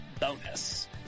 bonus